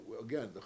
Again